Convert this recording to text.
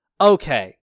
okay